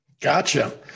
Gotcha